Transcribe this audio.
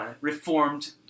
Reformed